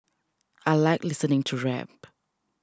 I like listening to rap